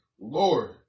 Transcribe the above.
Lord